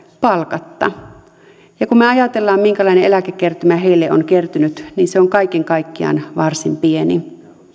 palkatta kun me ajattelemme minkälainen eläkekertymä heille on kertynyt niin se on kaiken kaikkiaan varsin pieni